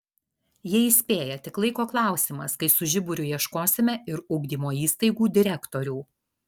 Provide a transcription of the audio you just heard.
jie įspėja tik laiko klausimas kai su žiburiu ieškosime ir ugdymo įstaigų direktorių